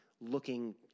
looking